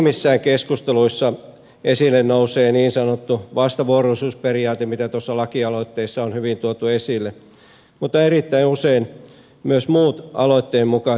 minimissään keskusteluissa esille nousee niin sanottu vastavuoroisuusperiaate jota tuossa lakialoitteessa on hyvin tuotu esille mutta erittäin usein myös muut aloitteen mukaiset keinot